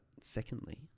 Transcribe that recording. secondly